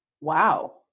Wow